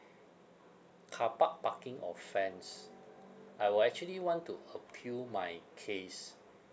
carpark parking offence I will actually want to appeal my case